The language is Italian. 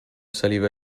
saliva